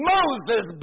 Moses